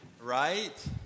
right